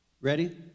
Ready